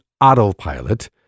autopilot